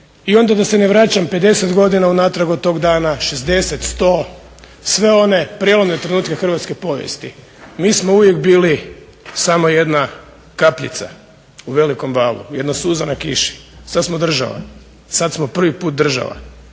i onda da se ne vraćam 50 godina unatrag od tog dana, 60, 100, sve one prijelomne trenutke hrvatske povijesti. Mi smo uvijek bili samo jedna kapljica u velikom valu, jedna suza na kiši. Sad smo država, sad smo prvi put država.